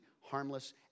harmless